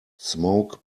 smoke